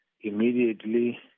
immediately